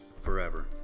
forever